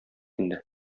инде